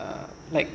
ah like